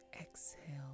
Exhale